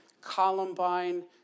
Columbine